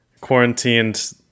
quarantined